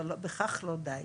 אבל בכך לא די.